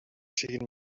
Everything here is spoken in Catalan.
siguin